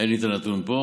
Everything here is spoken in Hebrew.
אין לי את הנתון פה.